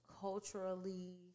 culturally